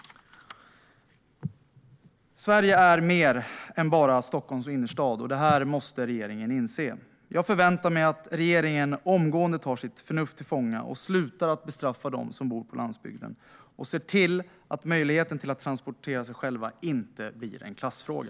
Sverige är mer än bara Stockholms innerstad. Det här måste regeringen inse. Jag förväntar mig att regeringen omgående tar sitt förnuft till fånga, slutar bestraffa dem som bor på landsbygden och ser till att möjligheten att transportera sig själv inte blir en klassfråga.